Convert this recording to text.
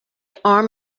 arm